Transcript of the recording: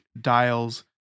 dials